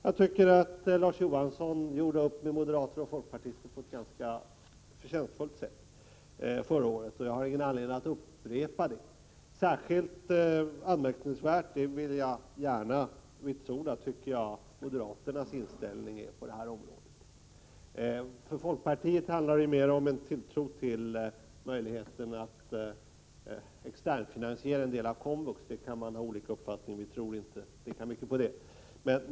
Jag tycker att Larz Johansson gjorde upp med moderater och folkpartister på ett ganska förtjänstfullt sätt förra året, och jag har inte någon anledning att upprepa det som han sade. Särskilt anmärkningsvärd tycker jag att moderaternas inställning på detta område är. För folkpartiet handlar det mer om en tilltro till möjligheterna att externfinansiera en del av komvux. Detta kan man ha olika uppfattningar om. Vi i centerpartiet tror inte lika mycket på det.